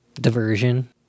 diversion